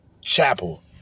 chapel